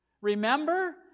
Remember